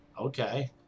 Okay